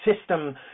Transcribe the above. system